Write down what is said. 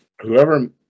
Whoever